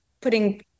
putting